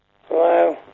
Hello